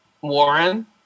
Warren